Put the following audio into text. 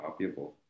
copyable